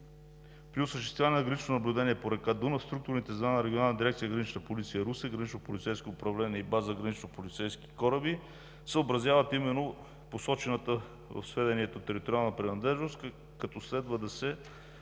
При осъществяване на гранично наблюдение по река Дунав структурите на Регионална дирекция „Гранична полиция“ – Русе, Гранично полицейско управление и База „Гранични полицейски кораби“ съобразяват именно посочената от сведението териториална принадлежност, като следва да се